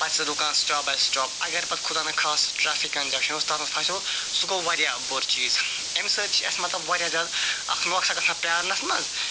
پتہٕ چھِ سُہ رُکان سٹاپ پَتہٕ سٹاپ اگر پَتہٕ خۄداہ نخواستہٕ ٹرٛیفِک کَنجسشَنَس مَنٛز ٲس تتھ مَنٛز پھَسیو سُہ گوٚو واریاہ بوٚڈ چیٖز اَمہِ سۭتۍ چھِ اَسہِ مطلب واریاہ زیادٕ اکھ نۄقصان گَژھان پیارنَس مَنٛز